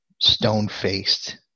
stone-faced